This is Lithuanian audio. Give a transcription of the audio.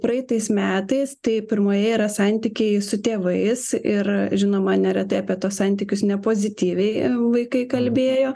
praeitais metais tai pirmoje yra santykiai su tėvais ir žinoma neretai apie tuos santykius nepozityviai vaikai kalbėjo